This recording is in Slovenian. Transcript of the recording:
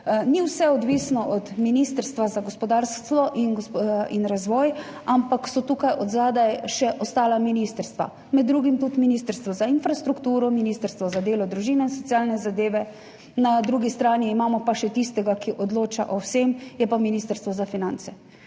ni vse odvisno od Ministrstva za gospodarski razvoj in tehnologijo, ampak so tukaj od zadaj še ostala ministrstva, med drugim tudi Ministrstvo za infrastrukturo, Ministrstvo za delo, družino in socialne zadeve, na drugi strani imamo pa še tistega, ki odloča o vsem, to je pa Ministrstvo za finance.